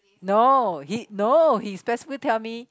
no he no he especially tell me